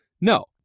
no